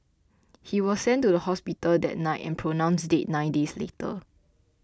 he was sent to the hospital that night and pronounced dead nine days later